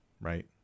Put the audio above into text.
right